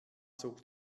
zog